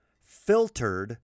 filtered